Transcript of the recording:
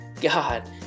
God